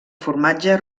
formatge